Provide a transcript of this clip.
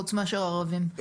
חוץ מאשר ערבים.